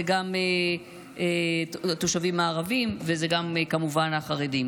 זה גם התושבים הערבים וזה גם כמובן החרדים,